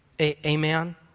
Amen